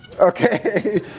Okay